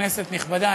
כנסת נכבדה,